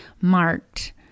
marked